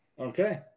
Okay